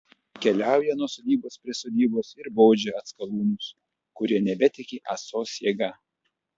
keliauja nuo sodybos prie sodybos ir baudžia atskalūnus kurie nebetiki ąsos jėga